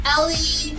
Ellie